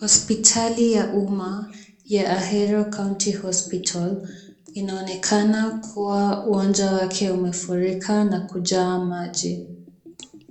Hospitali ya umma ya Ahero County Hospital. Inaonekana kuwa uwanja wake umefurika na kujaa maji.